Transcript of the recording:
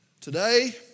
Today